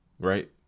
right